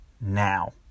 now